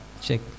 Check